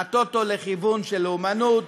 להטות אותו לכיוון של לאומנות,